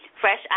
fresh